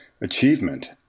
achievement